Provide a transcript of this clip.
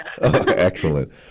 Excellent